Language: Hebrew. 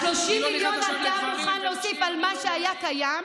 אז 30 מיליון אתה מוכן להוסיף על מה שהיה קיים.